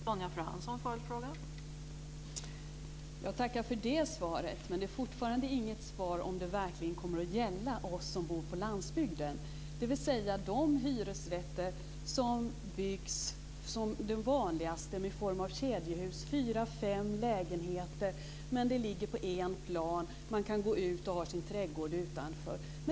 Fru talman! Jag tackar för detta, men det är fortfarande inget svar på om det verkligen kommer att gälla oss som bor på landsbygden, dvs. de hyresrätter som vanligen byggs i form av kedjehus, fyra fem lägenheter, som ligger på ett plan. Man kan gå ut och ha sin trädgård utanför.